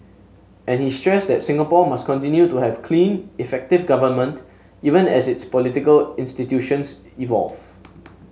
and he stressed that Singapore must continue to have clean effective government even as its political institutions evolve